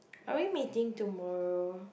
are we meeting tomorrow